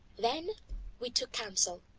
then we took counsel,